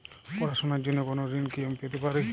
পড়াশোনা র জন্য কোনো ঋণ কি আমি পেতে পারি?